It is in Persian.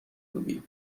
بودی